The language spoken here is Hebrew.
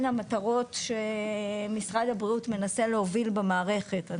המטרות שמשרד הבריאות מנסה להוביל במערכת.